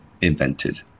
invented